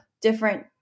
different